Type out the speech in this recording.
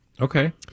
Okay